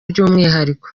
by’umwihariko